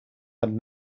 had